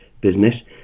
business